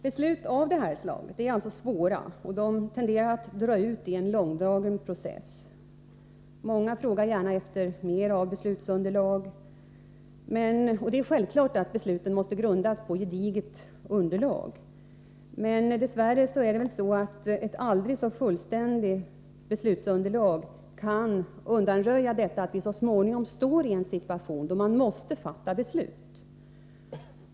Beslut av det här slaget är svåra och tenderar att dra ut till en långdragen process. Många frågar gärna efter ytterligare beslutsunderlag. Självfallet måste besluten grundas på ett gediget underlag. Men dess värre kan ett aldrig så fullständigt beslutsunderlag inte undanröja detta, att man så småningom står i en situation, då man måste fatta beslut.